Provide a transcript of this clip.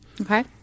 Okay